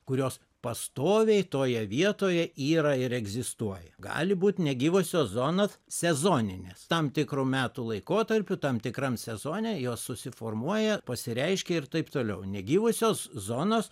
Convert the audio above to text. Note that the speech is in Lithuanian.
kurios pastoviai toje vietoje yra ir egzistuoja gali būt negyvosios zonos sezoninės tam tikru metų laikotarpiu tam tikram sezone jos susiformuoja pasireiškia ir taip toliau negyvosios zonos